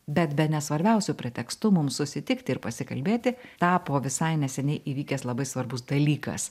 bet bene svarbiausiu pretekstu mums susitikti ir pasikalbėti tapo visai neseniai įvykęs labai svarbus dalykas